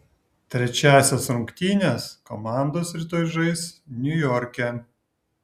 trečiąsias rungtynes komandos rytoj žais niujorke